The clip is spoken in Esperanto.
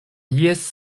ies